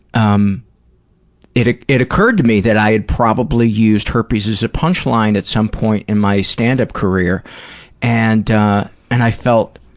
um it it occurred to me that i had probably used herpes as a punch line at some point in my stand-up career and and i felt,